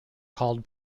called